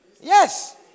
Yes